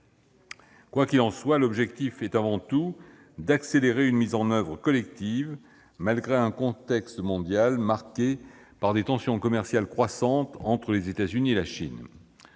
Quoi qu'il en soit, l'objectif est avant tout d'accélérer une mise en oeuvre collective de cette taxation, malgré un contexte mondial marqué par des tensions commerciales croissantes entre les États-Unis et la Chine.